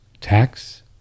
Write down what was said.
tax